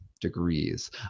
degrees